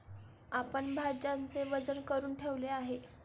आपण भाज्यांचे वजन करुन ठेवले आहे